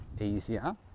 easier